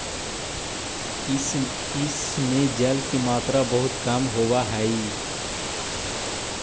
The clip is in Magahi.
इस में जल की मात्रा बहुत कम होवअ हई